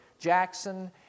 Jackson